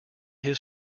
his